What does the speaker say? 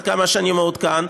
עד כמה שאני מעודכן,